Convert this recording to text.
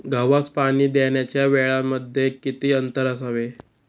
गव्हास पाणी देण्याच्या वेळांमध्ये किती अंतर असावे?